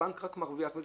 הבנק רק מרוויח מזה.